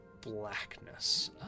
blackness